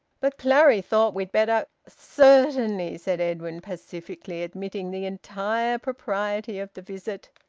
but clary thought we'd better certainly, said edwin pacifically, admitting the entire propriety of the visit.